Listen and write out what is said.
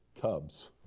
Cubs